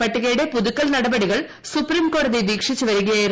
പ്ട്ടികയുടെ പുതുക്കൽ നടപടികൾ സുപ്രീംകോടതി വീക്ഷിച്ചൂവരിക്കയായിരുന്നു